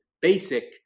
basic